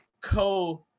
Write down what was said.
co